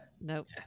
Nope